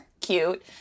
cute